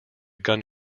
gun